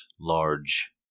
large